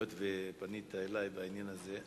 היות שפנית אלי בעניין הזה,